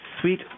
sweet